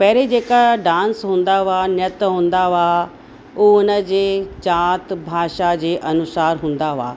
पहिरे जेका डांस हूंदा हुआ नृत्य हूंदा हुआ उहो हुन जे जाति भाषा जे अनुसार हूंदा हुआ